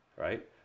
right